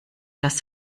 das